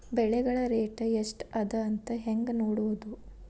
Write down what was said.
ಬೆಳೆಗಳ ರೇಟ್ ಎಷ್ಟ ಅದ ಅಂತ ಹೇಳಿ ಹೆಂಗ್ ನೋಡುವುದು?